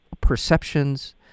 perceptions